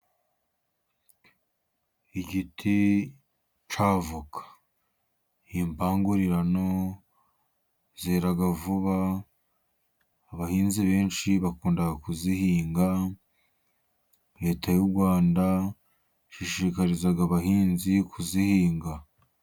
Igiti cy'avoka, ni imbangurirano, zera vuba, abahinzi benshi bakunda kuzihinga, Leta y'u Rwanda ishishikariza abahinzi kuzihinga.